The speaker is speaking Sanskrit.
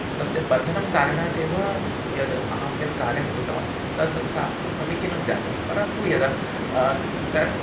तस्य बन्धनं कारणात् एव यद् अहं यत् कार्यं कृतवान् तद् सा समीचीनं जातं परन्तु यदा क